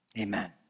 Amen